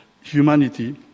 humanity